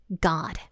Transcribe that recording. God